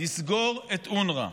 לסגור את אונר"א.